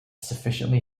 sufficiently